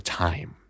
time